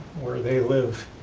where they live,